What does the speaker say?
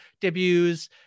debuts